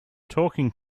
talking